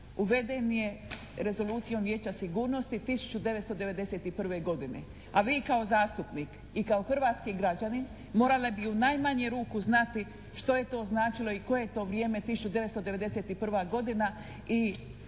uveden je Rezolucijom Vijeća sigurnosti 1991. godine a vi kao zastupnik i kao hrvatski građanin morali bi u najmanju ruku znati što je to značilo i koje je to vrijeme 1991. godina i